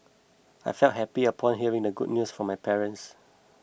I felt happy upon hearing the good news from my parents